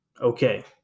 okay